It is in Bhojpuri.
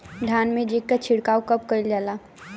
धान में जिंक क छिड़काव कब कइल जाला?